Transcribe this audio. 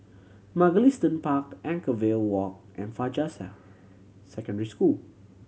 Mugliston Park Anchorvale Walk and Fajar Secondary School